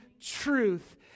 truth